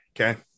Okay